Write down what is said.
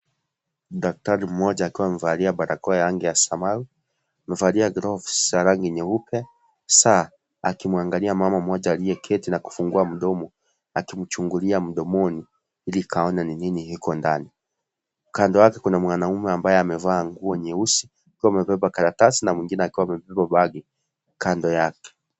Daktari mmoja akiwa amevalia barakoa ya rangi ya samawi , amevalia gloves za rangi nyeupe saa akimwangalia mama mmoja aliyeketi na kufungua mdomo akimchungulia mdomoni ili kaone nini iko ndani , kando yake kuna mwanaume ambaye amevaa nguo nyeusi akiwa amebeba karatasi na mwingine akiwa amebeba bagi kando yake.